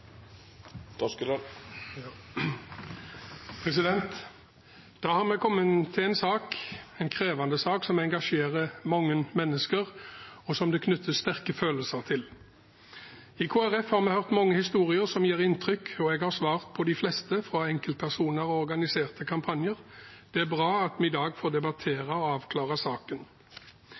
Da har vi kommet til en krevende sak som engasjerer mange mennesker, og som det knyttes sterke følelser til. I Kristelig Folkeparti har vi hørt mange historier som gjør inntrykk, og jeg har svart på de fleste fra enkeltpersoner og organiserte kampanjer. Det er bra at vi i dag får debattere og avklare saken.